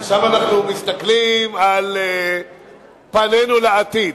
עכשיו אנחנו מסתכלים, פנינו לעתיד.